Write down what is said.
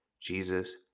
Jesus